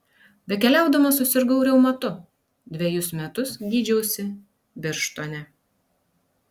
bekeliaudamas susirgau reumatu dvejus metus gydžiausi birštone